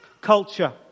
Culture